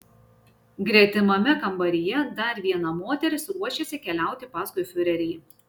gretimame kambaryje dar viena moteris ruošėsi keliauti paskui fiurerį